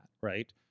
right